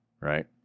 Right